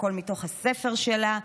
הכול מתוך הספר שלה.